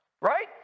right